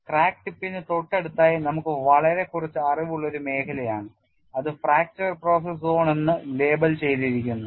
crack ടിപ്പിന് തൊട്ടടുത്തായി നമുക്ക് വളരെ കുറച്ച് അറിവുള്ള ഒരു മേഖലയാണ് അത് ഫ്രാക്ചർ പ്രോസസ് സോൺ എന്ന് ലേബൽ ചെയ്തിരിക്കുന്നു